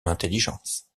intelligence